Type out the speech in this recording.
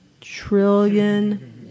trillion